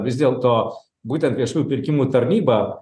vis dėlto būtent viešųjų pirkimų tarnyba